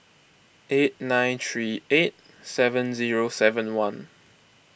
eight nine three eight seven zero seven one